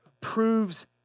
proves